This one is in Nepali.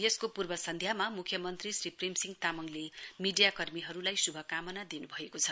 यसको पूर्व सन्ध्यामा मुख्यमन्त्री श्री प्रेमसिंह तामङले मीडियाकर्मीहरूलाई श्भकामना दिन्भएको छ